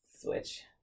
switch